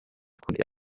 koreya